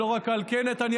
ולא רק על כן נתניהו,